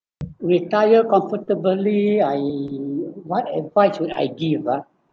retire comfortably I what advice would I give ah